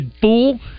fool